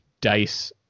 DICE